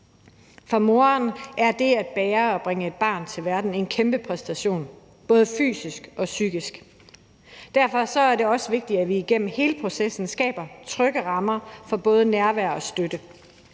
For moren er det at bære og bringe et barn til verden en kæmpe præstation, både fysisk og psykisk. Derfor er det også vigtigt, at vi igennem hele processen skaber trygge rammer for både nærvær og støtte.